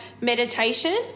meditation